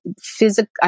physical